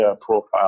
profile